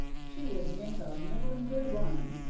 she would make a middling good run,